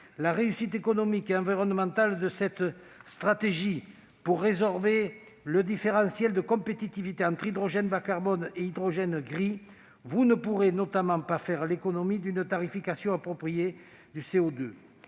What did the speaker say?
la réussite économique et environnementale de cette stratégie. Pour résorber le différentiel de compétitivité entre hydrogène bas-carbone et hydrogène gris, vous ne pourrez notamment pas faire l'économie d'une tarification appropriée du CO2.